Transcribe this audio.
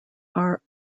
are